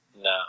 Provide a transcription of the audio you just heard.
No